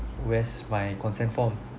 where's my consent form